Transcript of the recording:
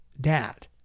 dad